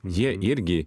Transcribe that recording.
jie irgi